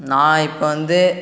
நான் இப்ப வந்து